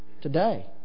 today